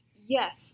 Yes